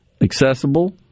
accessible